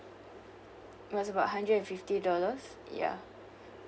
was about hundred fifty dollars ya